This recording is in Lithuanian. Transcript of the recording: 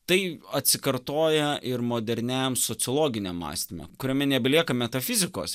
tai atsikartoja ir moderniam sociologinio mąstymo kuriame nebelieka metafizikos